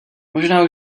možná